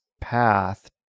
path